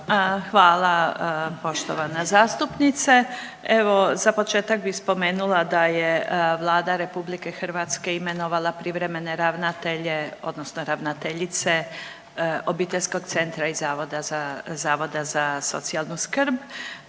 Hvala poštovana zastupnice. Evo za početak bi spomenula da je Vlada RH imenovala privremene ravnatelje odnosno ravnateljice Obiteljskog centra i Zavoda za socijalnu skrb,